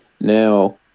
Now